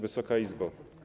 Wysoka Izbo!